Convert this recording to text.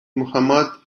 muhammad